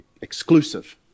exclusive